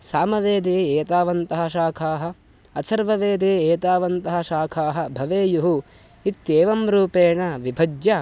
सामवेदे एतावन्तः शाखाः अथर्ववेदे एतावन्तः शाखाः भवेयुः इत्येवं रूपेण विभज्य